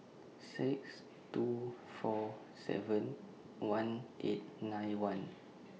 six two four seven one eight nine one